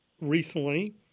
recently